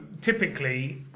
typically